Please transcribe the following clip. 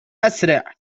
أسرع